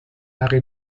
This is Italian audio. aree